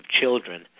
children